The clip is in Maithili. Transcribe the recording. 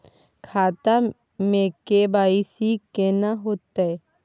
खाता में के.वाई.सी केना होतै?